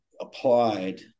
applied